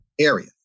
area